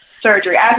Surgery